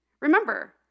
remember